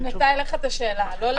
היא הפנית אליך את השאלה, לא אלינו.